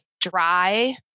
dry